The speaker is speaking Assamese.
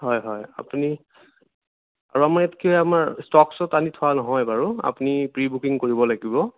হয় হয় আপুনি আমাৰ ইয়াতকে আমাৰ ষ্ট'কচত আনি থোৱা নহয় বাৰু আপুনি প্ৰি বুকিং কৰিব লাগিব